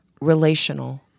relational